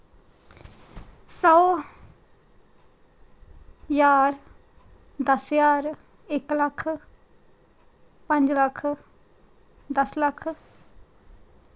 सौ ज्हार दस ज्हार इक लक्ख पंज लक्ख दस लक्ख